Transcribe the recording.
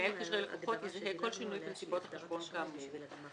שמנהל קשרי לקוחות יזהה כל שינוי בנסיבות החשבון כאמור.